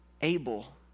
able